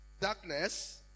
Darkness